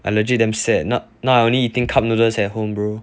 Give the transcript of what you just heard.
I legit damn sad now now only eating cup noodles at home bro